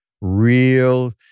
real